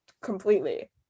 Completely